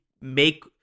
make